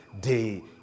day